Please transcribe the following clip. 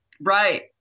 Right